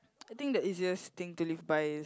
I think the easiest thing to live by is